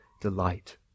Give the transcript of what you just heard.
delight